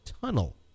tunnel